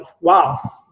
Wow